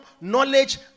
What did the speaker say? knowledge